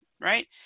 right